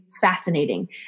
fascinating